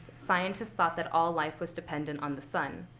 scientists thought that all life was dependent on the sun.